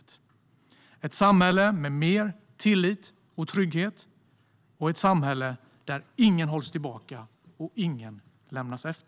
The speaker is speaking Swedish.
Det är ett samhälle med mer tillit och trygghet och ett samhälle där ingen hålls tillbaka och ingen lämnas efter.